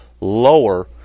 lower